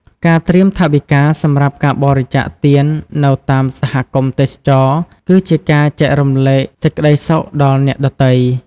ការត្រៀមថវិកាសម្រាប់ការបរិច្ចាគទាននៅតាមសហគមន៍ទេសចរណ៍ គឺជាការចែករំលែកសេចក្តីសុខដល់អ្នកដទៃ។